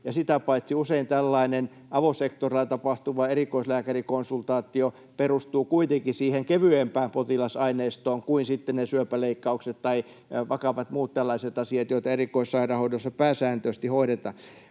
sitä paitsi usein tällainen avosektorilla tapahtuva erikoislääkärikonsultaatio perustuu kuitenkin siihen kevyempään potilasaineistoon kuin sitten ne syöpäleikkaukset tai muut tällaiset vakavat asiat, joita erikoissairaanhoidossa pääsääntöisesti hoidetaan.